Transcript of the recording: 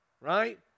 Right